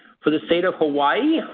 for the state of hawaii,